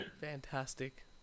Fantastic